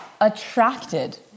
attracted